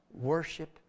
worship